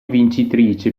vincitrice